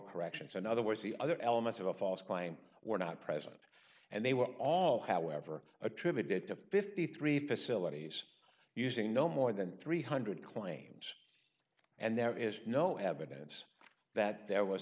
corrections in other words the other elements of a false claim were not present and they were all however attributed to fifty three facilities using no more than three hundred claims and there is no evidence that there was